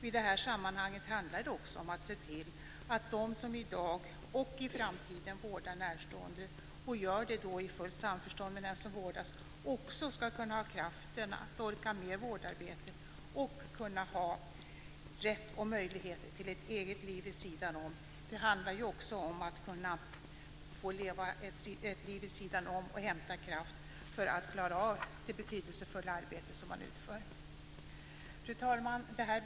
I det sammanhanget handlar det också om att se till att de som i dag och i framtiden vårdar närstående i fullt samförstånd med den som vårdas ska kunna ha kraften att orka med vårdarbetet och ha rätt och möjlighet till ett eget liv. Det handlar om att leva ett liv vid sidan om och hämta kraft för att klara av det betydelsefulla arbete man utför. Fru talman!